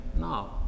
No